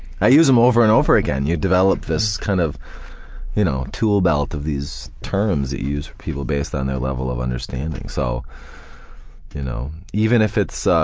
i use them over and over again, you develop this kind of you know tool belt of these terms that you use with people based on their level of understanding. so you know even if it's so